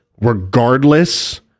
regardless